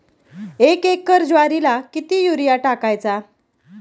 एक एकर ज्वारीला किती युरिया टाकायचा?